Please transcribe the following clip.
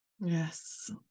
Yes